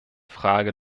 frage